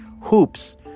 hoops